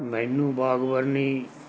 ਮੈਨੂੰ ਬਾਗਬਾਨੀ